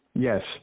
Yes